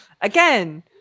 Again